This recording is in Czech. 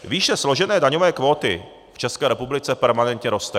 Výše složené daňové kvóty v České republice permanentně roste.